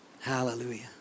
Hallelujah